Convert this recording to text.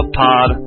pod